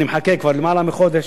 אני מחכה כבר למעלה מחודש,